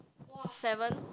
seven